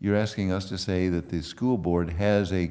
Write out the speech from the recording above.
you're asking us to say that the school board has a